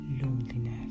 loneliness